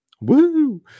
Woo